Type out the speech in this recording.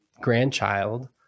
grandchild